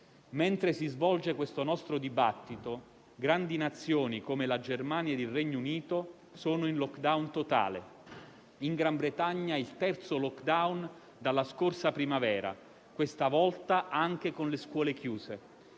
Mentre si svolge questo nostro dibattito, grandi Nazioni come la Germania e il Regno Unito sono in *lockdown* totale. La Gran Bretagna è al terzo *lockdown* dalla scorsa primavera, questa volta anche con le scuole chiuse.